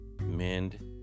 mend